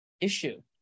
issue